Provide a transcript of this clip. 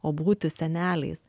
o būti seneliais